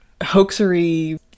hoaxery